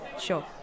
sure